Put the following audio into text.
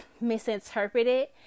misinterpreted